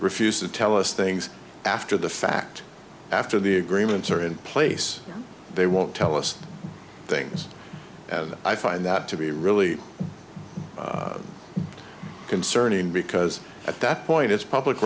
refused to tell us things after the fact after the agreements are in place they won't tell us things as i find that to be really concerning because at that point it's public